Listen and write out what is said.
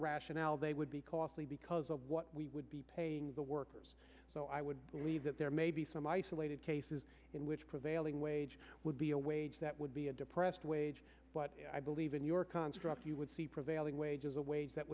rationale they would be costly because of what we would be paying the workers so i would believe that there may be some isolated cases in which prevailing wage would be a wage that would be a depressed wage but i believe in your construct you would see prevailing wages a wage that